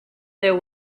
there